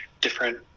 different